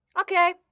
Okay